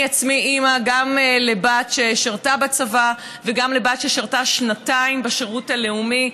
אני עצמי אימא גם לבת ששירתה בצבא וגם לבת ששירתה שנתיים בשירות הלאומי.